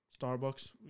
starbucks